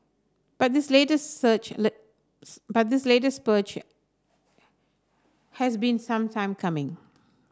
but this latest search a but this latest has been some time coming